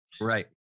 Right